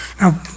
Now